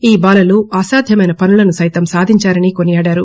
ఈ బాలలు అసాధ్యమైన పనులను సైతం సాధించారని కొనియాడారు